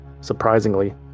Surprisingly